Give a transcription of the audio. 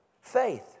Faith